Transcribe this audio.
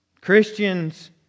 Christians